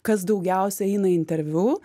kas daugiausia eina į interviu